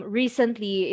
recently